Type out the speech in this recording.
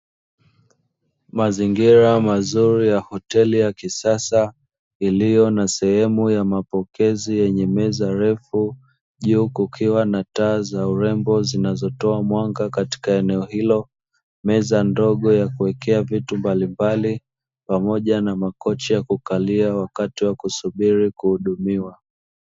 Mazingiras mazuri ya hoteli ya kisasa, iliyo na sehemu ya mapokezi yenye meza ndefu juu kukiwa na taa za urembo, zinao toa mwanga katika eneo hilo meza ndogo ya kuwekea vitu mbalimbali pamoja na makochi ya kukalia wakati wa kusubiri kuhudumiwa.